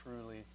truly